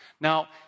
Now